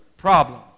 problem